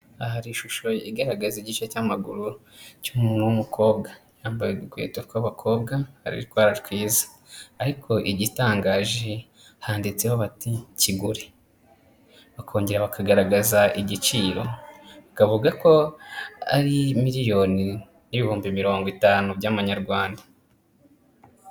Aha hari ishusho igaragaza igice cy'amaguru cy'umuntu w'umukobwa, yambaye udukweto tw'abakobwa hariho utwara twiza, ariko igitangaje handitseho bati kigore, bakongera bakagaragaza igiciro bakavuga ko ari miliyoni n'ibihumbi mirongo itanu by'amanyarwanda.